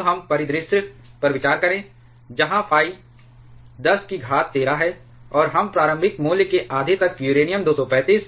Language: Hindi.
अब हम परिदृश्य पर विचार करें जहां phi 10 की घात 13 है और हम प्रारंभिक मूल्य के आधे तक यूरेनियम 235